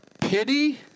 pity